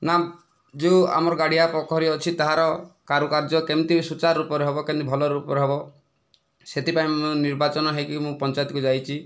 ନା ଯେଉଁ ଆମର ଗାଡ଼ିଆ ପୋଖରୀ ଅଛି ତାହାର କାରୁକାର୍ଯ୍ୟ କେମିତି ସୁଚାର ରୂପରେ ହେବ କେମିତି ଭଲରେ ରୂପରେ ହେବ ସେଥିପାଇଁ ମୁଁ ନିର୍ବାଚନ ହୋଇକି ମୁଁ ପଞ୍ଚାୟତକୁ ଯାଇଛି